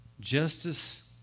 justice